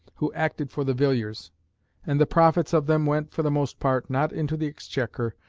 who acted for the villiers and the profits of them went, for the most part, not into the exchequer,